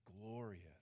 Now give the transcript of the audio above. glorious